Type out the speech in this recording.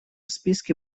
списке